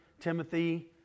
Timothy